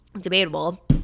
debatable